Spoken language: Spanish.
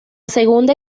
segunda